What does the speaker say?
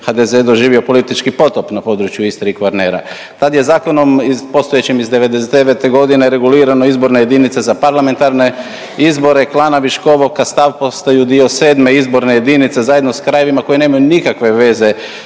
HDZ doživio politički potop na području Istre i Kvarnera. Tad je zakonom postojećim iz '99.g. regulirana izborna jedinica za parlamentarne izbore, Klana, Viškovo, Kastav postaju dio VII. izborne jedinice zajedno s krajevima koji nemaju nikakve veze